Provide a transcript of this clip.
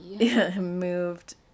moved